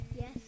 Yes